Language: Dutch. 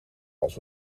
als